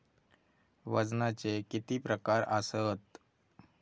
वजनाचे किती प्रकार आसत?